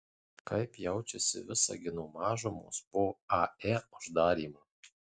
kaip jaučiasi visagino mažumos po ae uždarymo